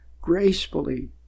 gracefully